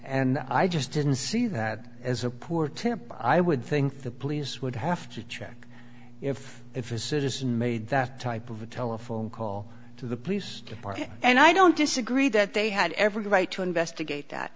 and i just didn't see that as a poor tim i would think the police would have to check if if a citizen made that type of a telephone call to the police department and i don't disagree that they had every right to investigate that